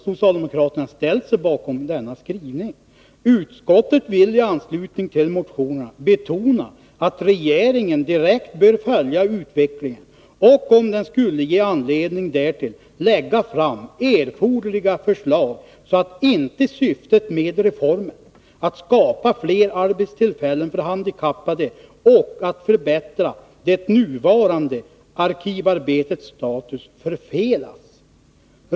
Socialdemokraterna ställde sig bakom denna skrivning: ”Utskottet vill i anslutning till motionerna betona att regeringen direkt bör följa utvecklingen och om den skulle ge anledning därtill lägga fram erforderliga förslag så att inte syftet med reformen — att skapa fler arbetstillfällen för handikappade och att förbättra det nuvarande arkivarbetets status — förfelas.